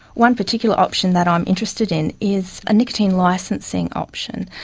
one particular option that i'm interested in is a nicotine licensing option.